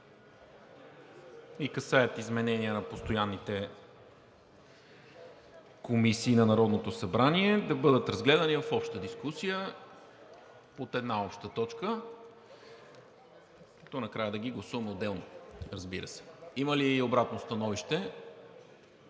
и касаят изменения на постоянните комисии на Народното събрание, да бъдат разгледани в обща дискусия под една обща точка и накрая да ги гласуваме отделно, разбира се. Има ли обратно становище?